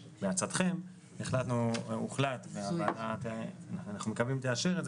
בעצתכם הוחלט ואנחנו מקווים שהוועדה תאשר את זה